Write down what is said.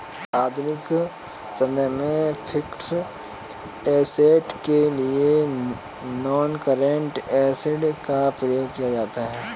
आधुनिक समय में फिक्स्ड ऐसेट के लिए नॉनकरेंट एसिड का प्रयोग किया जाता है